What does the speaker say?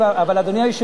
אדוני היושב-ראש,